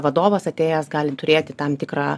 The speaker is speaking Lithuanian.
vadovas atėjęs gali turėti tam tikrą